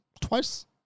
twice